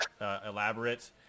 elaborate